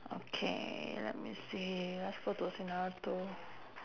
okay let me see let's go to scenario two